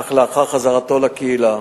אך לאחר חזרתו לקהילה.